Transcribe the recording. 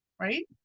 right